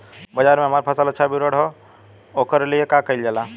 बाजार में हमार फसल अच्छा वितरण हो ओकर लिए का कइलजाला?